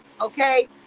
okay